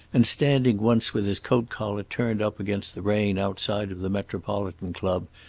and standing once with his coat collar turned up against the rain outside of the metropolitan club,